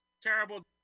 terrible